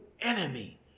enemy